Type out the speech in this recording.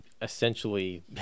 essentially